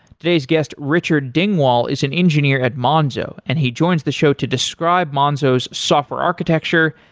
today's guest, richard dingwall is an engineer at monzo and he joins the show to describe monzo's software architecture,